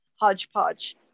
hodgepodge